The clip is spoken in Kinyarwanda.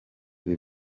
ibi